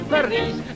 Paris